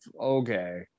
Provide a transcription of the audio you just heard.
okay